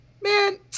Man